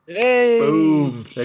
Boom